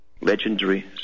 Legendary